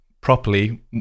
properly